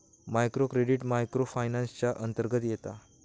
micro credit micro finance च्या अंतर्गत येता